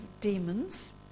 demons